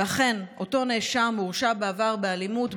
ואכן אותו נאשם הורשע בעבר באלימות,